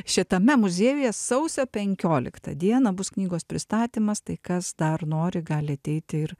šitame muziejuje sausio penkioliktą dieną bus knygos pristatymas tai kas dar nori gali ateiti ir